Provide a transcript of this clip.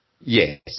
Yes